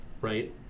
Right